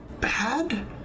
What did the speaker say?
bad